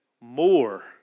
more